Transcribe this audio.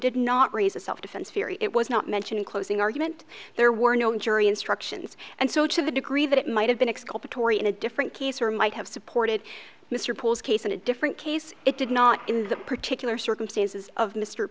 did not raise a self defense theory it was not mentioned in closing argument there were no jury instructions and so to the degree that it might have been exposed to tory in a different case or might have supported mr poole's case in a different case it did not in the particular circumstances of mr